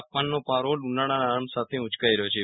તાપમાનનો પારો ઉનાળાના આરંભ સાથે જ ઉચકાઈ રહ્યો છે